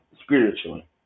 spiritually